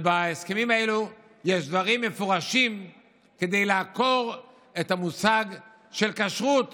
ובהסכמים האלה יש דברים מפורשים כדי לעקור את המושג של כשרות